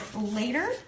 later